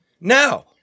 Now